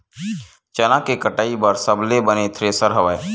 चना के कटाई बर सबले बने थ्रेसर हवय?